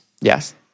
Yes